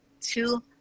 two-